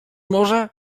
może